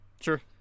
Sure